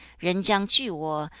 ren jiang ju wo,